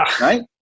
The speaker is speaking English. right